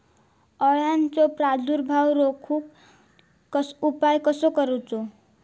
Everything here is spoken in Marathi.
अळ्यांचो प्रादुर्भाव रोखुक उपाय कसो करूचो?